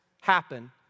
happen